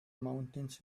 mountains